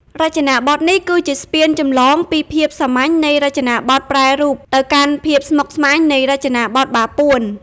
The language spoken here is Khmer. រចនាបថនេះគឺជាស្ពានចម្លងពីភាពសាមញ្ញនៃរចនាបថប្រែរូប ទៅកាន់ភាពស្មុគស្មាញនៃរចនាបថបាពួន។